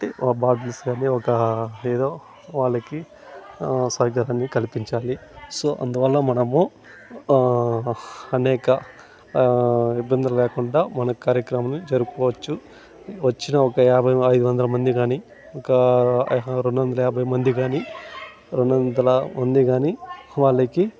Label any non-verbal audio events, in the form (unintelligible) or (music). బాగా తీసుకుని ఏదో ఒక (unintelligible) వాళ్ళకి సౌకర్యం కల్పించాలి సో అందువల్ల మనము అనేక ఇబ్బందులు లేకుండా మనం కార్యక్రమంని జరుపుకోవచ్చు వచ్చిన ఒక యాభై అయిదు వందల మంది కానీ ఇంకా ఒక రెండొందల యాభై మంది కానీ రెండొందల మంది కానీ వాళ్ళకి